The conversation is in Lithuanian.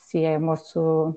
siejamos su